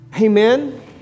Amen